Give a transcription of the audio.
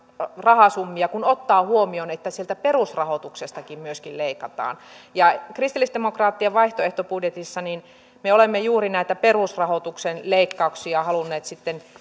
rahasummia kun ottaa huomioon että sieltä perusrahoituksestakin myöskin leikataan kristillisdemokraattien vaihtoehtobudjetissa me olemme juuri näitä perusrahoituksen leikkauksia halunneet